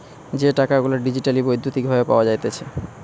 যে টাকা গুলা ডিজিটালি বৈদ্যুতিক ভাবে পাওয়া যাইতেছে